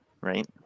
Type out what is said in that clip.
right